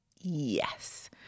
Yes